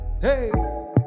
Hey